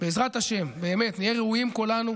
בעזרת השם, נהיה ראויים כולנו